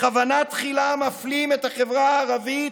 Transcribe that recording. בכוונה תחילה מפלים את החברה הערבית,